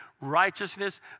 Righteousness